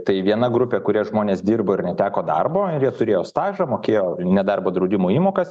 tai viena grupė kurioje žmonės dirbo ir neteko darbo ir jie turėjo stažą mokėjo nedarbo draudimo įmokas